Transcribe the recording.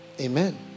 Amen